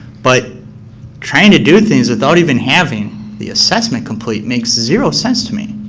but trying to do things without even having the assessment complete makes zero sense to me.